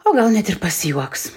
o gal net ir pasijuoks